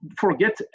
forget